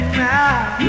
now